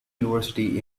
university